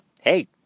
hey